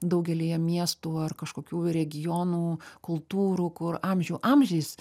daugelyje miestų ar kažkokių regionų kultūrų kur amžių amžiais